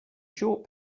short